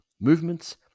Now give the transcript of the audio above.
movements